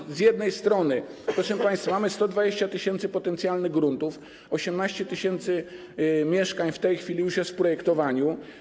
I z jednej strony, proszę państwa, mamy 120 tys. potencjalnych gruntów, 18 tys. mieszkań w tej chwili już jest w projektowaniu.